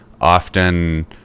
often